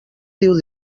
diu